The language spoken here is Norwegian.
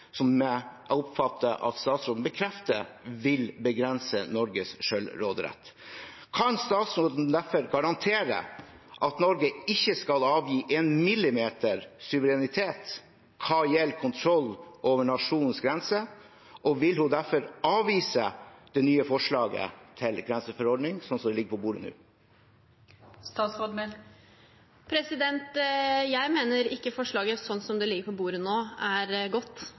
som – dersom det blir en realitet – vil begrense Norges selvråderett, noe jeg oppfatter at statsråden bekrefter. Kan statsråden derfor garantere at Norge ikke skal avgi en millimeter suverenitet hva gjelder kontroll over nasjonens grenser, og vil hun derfor avvise det nye forslaget til grenseforordning, sånn som det ligger på bordet nå? Jeg mener ikke at forslaget, som det ligger på bordet nå, er godt,